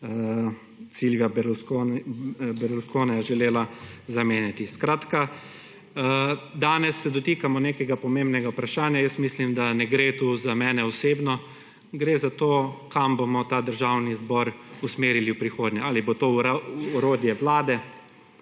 koalicija Berlusconija želela zamenjati. Skratka, danes se dotikamo nekega pomembnega vprašanja. Jaz mislim, da ne gre tu za mene osebno. Gre za to, kam bomo ta državni zbor usmerili v prihodnje. Ali bo to orodje vlade